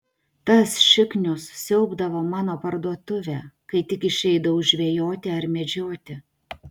tas šiknius siaubdavo mano parduotuvę kai tik išeidavau žvejoti ar medžioti